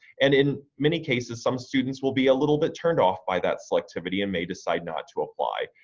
and in many cases some students will be a little bit turned off by that selectivity and may decide not to apply.